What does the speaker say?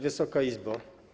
Wysoka Izbo!